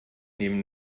nehmen